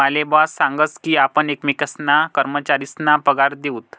माले बॉस सांगस की आपण एकमेकेसना कर्मचारीसना पगार दिऊत